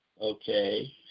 okay